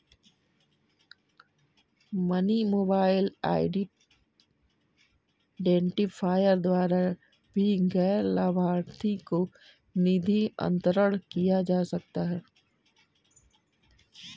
money mobile identifier द्वारा भी गैर लाभार्थी को निधि अंतरण किया जा सकता है